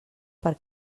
per